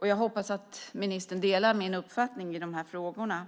Jag hoppas att ministern delar min uppfattning i dessa frågor.